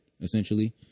essentially